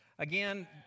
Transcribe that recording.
again